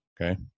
Okay